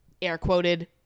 air-quoted